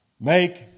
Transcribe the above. Make